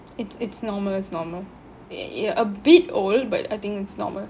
it's it's normal it's normal ya a bit oil but I think it's normal